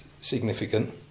significant